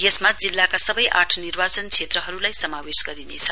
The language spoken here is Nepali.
यसमा जिल्लाका सबै आठ निर्वाचन क्षेत्रहरुलाई समावेश गरिनेछ